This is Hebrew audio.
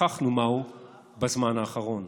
שכחנו מהו בזמן האחרון.